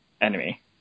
enemy